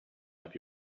might